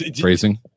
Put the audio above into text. Phrasing